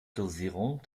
dosierung